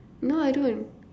no I don't